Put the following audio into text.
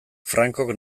francok